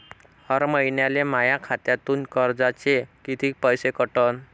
हर महिन्याले माह्या खात्यातून कर्जाचे कितीक पैसे कटन?